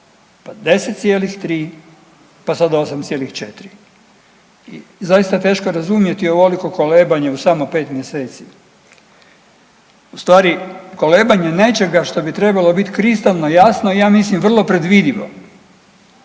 pa 10,3, pa sad 8,4 i zaista teško je razumjeti ovoliko kolebanje u samo 5 mjeseci. U stvari kolebanje nečega što bi trebalo bit kristalno jasno ja mislim vrlo predvidivo